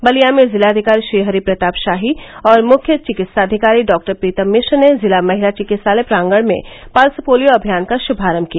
बलिया में जिलाधिकारी श्रीहरि प्रताप शाही और मुख्य चिकित्साधिकारी डॉक्टर प्रीतम मिश्र ने जिला महिला चिकित्सालय प्रांगण में पल्स पोलियो अभियान का श्मारम्भ किया